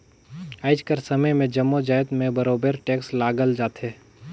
आएज कर समे में जम्मो जाएत में बरोबेर टेक्स लगाल जाथे